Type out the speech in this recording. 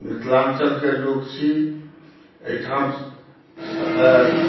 मिथिलाञ्चलके लोक छी एहिठाम